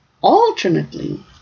Alternately